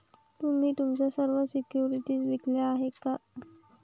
तुम्ही तुमच्या सर्व सिक्युरिटीज विकल्या आहेत का?